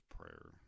prayer